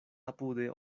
apude